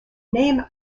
name